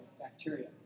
bacteria